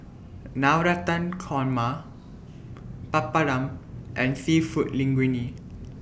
Navratan Korma Papadum and Seafood Linguine